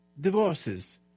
divorces